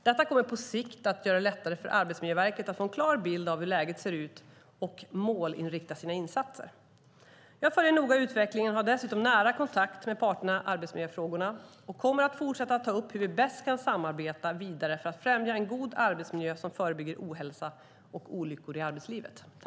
Detta kommer på sikt att göra det lättare för Arbetsmiljöverket att få en klar bild av hur läget ser ut och målinrikta sina insatser. Jag följer noga utvecklingen och har dessutom nära kontakt med parterna i arbetsmiljöfrågorna och kommer att fortsätta att ta upp hur vi bäst kan samarbeta vidare för att främja en god arbetsmiljö som förebygger ohälsa och olyckor i arbetslivet.